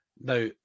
Now